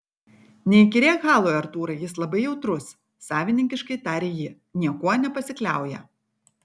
neįkyrėk halui artūrai jis labai jautrus savininkiškai tarė ji niekuo nepasikliauja